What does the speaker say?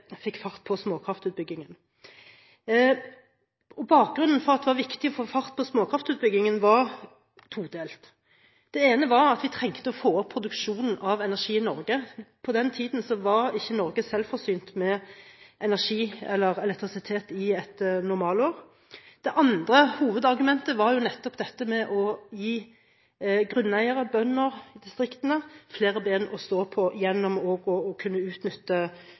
fart på småkraftutbyggingen. Bakgrunnen for at det var viktig å få fart på småkraftutbyggingen, var todelt. Det ene var at vi trengte å få opp produksjonen av energi i Norge. På den tiden var ikke Norge selvforsynt med energi eller elektrisitet i et normalår. Det andre hovedargumentet var dette med å gi grunneiere og bønder i distriktene flere ben å stå på gjennom å kunne utnytte